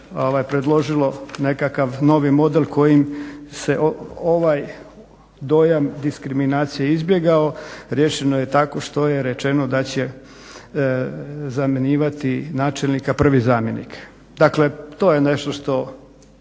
predložilo nekakav novi model kojim se ovaj dojam diskriminacije izbjegao. Riješeno je tako što je rečeno da će zamjenjivati načelnika prvi zamjenik. Dakle, to je nešto što